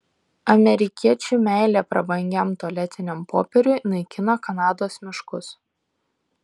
amerikiečių meilė prabangiam tualetiniam popieriui naikina kanados miškus